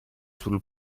sul